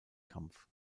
kampf